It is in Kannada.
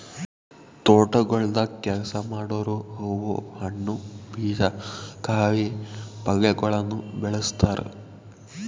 ತೋಟಗೊಳ್ದಾಗ್ ಕೆಲಸ ಮಾಡೋರು ಹೂವು, ಹಣ್ಣು, ಬೀಜ, ಕಾಯಿ ಪಲ್ಯಗೊಳನು ಬೆಳಸ್ತಾರ್